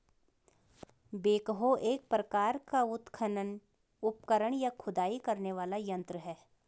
backhoe एक प्रकार का उत्खनन उपकरण, या खुदाई करने वाला यंत्र है